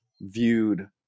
viewed